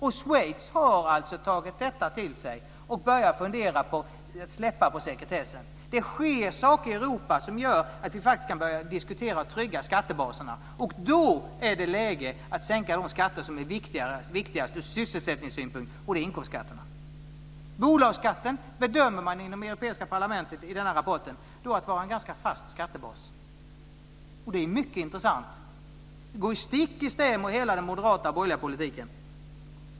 Schweiz har tagit detta till sig och börjat fundera på att släppa på sekretessen. Det sker alltså saker i Europa som gör att vi faktiskt kan börja diskutera att trygga skattebaserna. Då är det läge att sänka de skatter som är viktigast ur sysselsättningssynpunkt, och det är inkomstskatterna. Bolagsskatten bedömer man, i rapporten från Europaparlamentet, som en ganska fast skattebas. Det är mycket intressant. Det går stick i stäv med hela den moderata och borgerliga politiken.